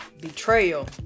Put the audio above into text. betrayal